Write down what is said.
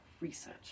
research